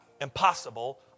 impossible